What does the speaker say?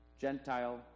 Gentile